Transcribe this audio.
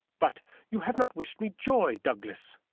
but you have not wished me joy, douglas.